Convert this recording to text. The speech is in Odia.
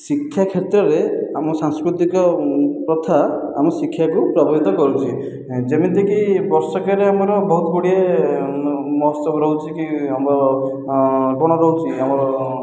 ଶିକ୍ଷା କ୍ଷେତ୍ରରେ ଆମ ସାଂସ୍କୃତିକ ପ୍ରଥା ଆମ ଶିକ୍ଷାକୁ ପ୍ରଭାବିତ କରୁଛି ଯେମିତିକି ବର୍ଷକରେ ଆମର ବହୁତ ଗୁଡ଼ିଏ ମହୋତ୍ସବ ରହୁଛି କି ଆମର କ'ଣ ରହୁଛି ଆମର